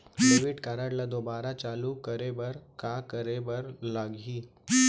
Debit card ला दोबारा चालू करे बर का करे बर लागही?